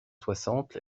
soixante